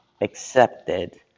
accepted